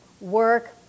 work